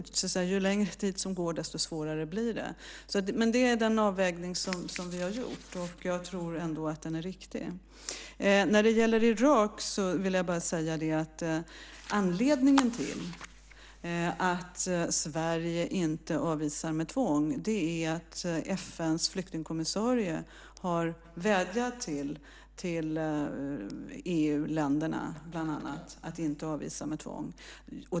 Ju längre tid som går, desto svårare blir det, så att säga. Men det är den avvägning som vi har gjort, och jag tror ändå att den är riktig. När det gäller Irak vill jag bara säga att anledningen till att Sverige inte avvisar med tvång är att FN:s flyktingkommissarie har vädjat till bland annat EU-länderna att inte avvisa med tvång.